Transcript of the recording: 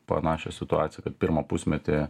panašią situaciją kad pirmą pusmetį